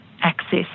access